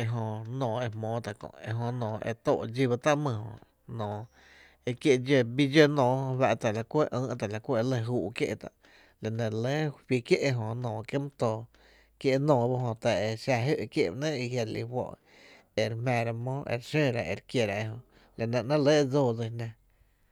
e jö nóoó e jmóó tá’ kö’ ejö nóoó e tóó dxí ba tá’ my jö nóoó, ekie’ bidxo nóoó jö e la ku e ïï’ tá’ e lɇ juu’ kié’ tá’, la nɇ re lɇ juí kié’ ejö nóoó kiee’ my too kié’ nóoó ba jö ta e xa jǿ’ kiee’ ba ‘nɇɇ’ e jia’ re lí fó’ ere jmⱥⱥra mó e re xóóra ere kiera ejö, la nɇ ‘nɇɇ’ re lɇ e dsoo dsín jná.